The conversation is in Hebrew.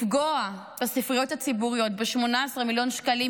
לפגוע בספריות הציבוריות ב-18 מיליון שקלים,